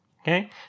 okay